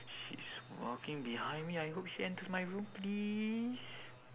she's walking behind me I hope she enters my room please